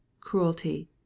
cruelty